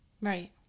Right